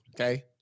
okay